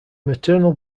maternal